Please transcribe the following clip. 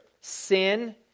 sin